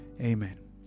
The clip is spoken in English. amen